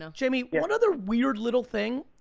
ah jamie one other weird little thing,